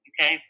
okay